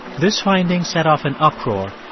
this finding set off an uproar,